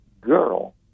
girl